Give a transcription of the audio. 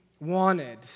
wanted